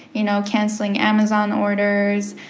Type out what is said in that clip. you know, canceling amazon orders,